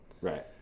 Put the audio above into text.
Right